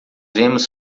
vemos